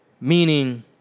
Meaning